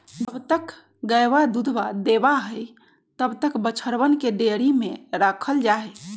जब तक गयवा दूधवा देवा हई तब तक बछड़वन के डेयरी में रखल जाहई